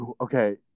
Okay